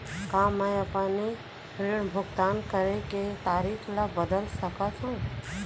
का मैं अपने ऋण भुगतान करे के तारीक ल बदल सकत हो?